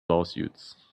lawsuits